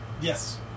Yes